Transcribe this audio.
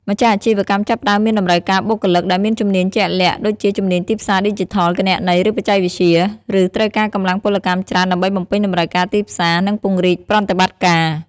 ម្ចាស់អាជីវកម្មចាប់ផ្តើមមានតម្រូវការបុគ្គលិកដែលមានជំនាញជាក់លាក់ ដូចជាជំនាញទីផ្សារឌីជីថល គណនេយ្យ ឬបច្ចេកវិទ្យា ឬត្រូវការកម្លាំងពលកម្មច្រើនដើម្បីបំពេញតម្រូវការទីផ្សារ និងពង្រីកប្រតិបត្តិការ។